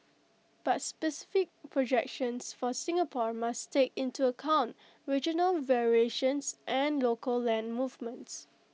but specific projections for Singapore must take into account regional variations and local land movements